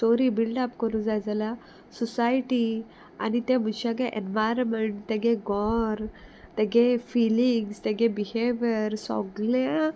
story build up करूं जाय जाल्या सोसायटी आनी त्या मुशारे एनवायरमेंट तेगे गौर तेगे फिलिंग्स तेगे बिहेवियर सोगल्या